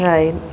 Right